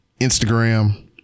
Instagram